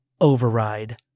override